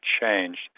changed